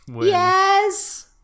Yes